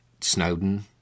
Snowden